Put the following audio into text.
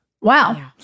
Wow